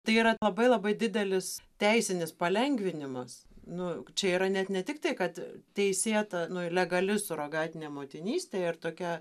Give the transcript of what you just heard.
tai yra labai labai didelis teisinis palengvinimas nu čia yra net ne tik tai kad teisėta legali surogatinė motinystė ir tokia